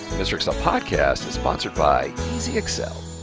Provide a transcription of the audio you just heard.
mrexcel podcast is sponsored by easy-xl.